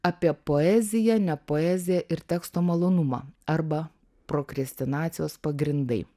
apie poeziją ne poeziją ir teksto malonumą arba prokrestinacijos pagrindai